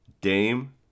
Dame